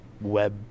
web